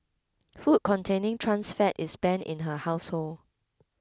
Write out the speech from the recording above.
food containing trans fat is banned in her household